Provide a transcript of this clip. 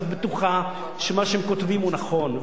בטוחה שמה שהעיתונאים כותבים הוא נכון,